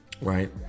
Right